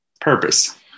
Purpose